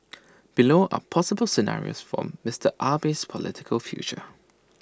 below are possible scenarios for Mister Abe's political future